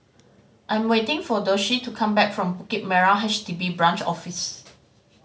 I am waiting for Doshie to come back from Bukit Merah H D B Branch Office